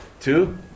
Two